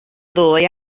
ddoe